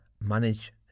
manage